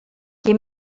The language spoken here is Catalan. qui